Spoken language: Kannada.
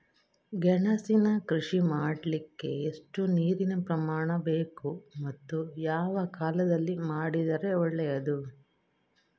ಗೆಣಸಿನ ಕೃಷಿ ಮಾಡಲಿಕ್ಕೆ ಎಷ್ಟು ನೀರಿನ ಪ್ರಮಾಣ ಬೇಕು ಮತ್ತು ಯಾವ ಕಾಲದಲ್ಲಿ ಮಾಡಿದರೆ ಒಳ್ಳೆಯದು?